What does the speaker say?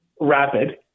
rapid